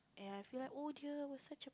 and I feel like oh dear was such a